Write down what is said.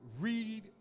Read